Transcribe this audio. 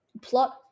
plot